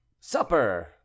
supper